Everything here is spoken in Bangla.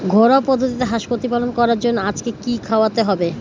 ঘরোয়া পদ্ধতিতে হাঁস প্রতিপালন করার জন্য আজকে কি খাওয়াতে হবে?